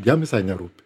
jam visai nerūpi